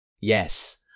Yes